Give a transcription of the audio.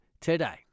today